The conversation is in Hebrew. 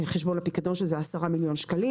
שזה 10 מיליון שקלים.